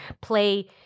play